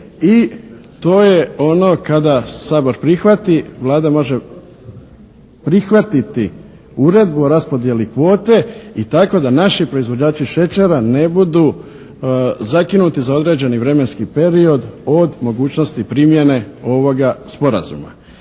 i to je ono kada Sabor prihvati Vlada može prihvatiti uredbu o raspodjeli kvote i tako da naši proizvođači šećera ne budu zakinuti za određeni vremenski period od mogućnosti primjene ovoga sporazuma.